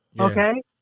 Okay